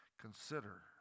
consider